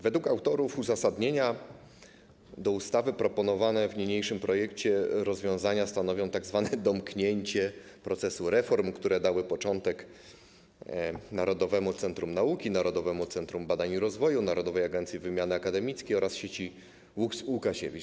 Według autorów uzasadnienia ustawy proponowane w niniejszym projekcie rozwiązania stanowią tzw. domknięcie procesu reform, które dały początek Narodowemu Centrum Nauki, Narodowemu Centrum Badań i Rozwoju, Narodowej Agencji Wymiany Akademickiej oraz sieci Łukasiewicz.